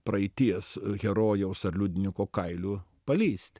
praeities herojaus ar liudniko kailiu palįst